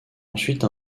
ensuite